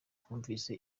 twumvise